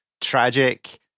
tragic